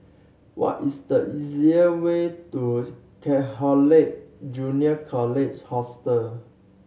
what is the easier way to Catholic Junior College Hostel